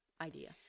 idea